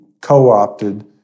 co-opted